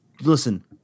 listen